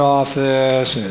office